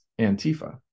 Antifa